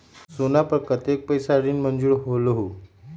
सोना पर कतेक पैसा ऋण मंजूर होलहु?